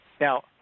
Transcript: Now